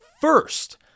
first